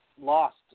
Lost